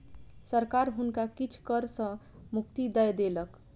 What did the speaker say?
सरकार हुनका किछ कर सॅ मुक्ति दय देलक